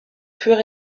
fur